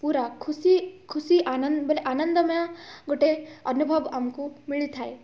ପୁରା ଖୁସି ଖୁସି ଆନନ୍ଦ ବୋଲେ ଆନନ୍ଦମୟ ଗୋଟେ ଅନୁଭବ ଆମକୁ ମିଳିଥାଏ